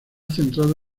centrado